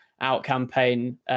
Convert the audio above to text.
out-campaign